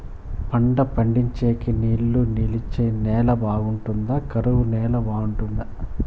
పంట పండించేకి నీళ్లు నిలిచే నేల బాగుంటుందా? కరువు నేల బాగుంటుందా?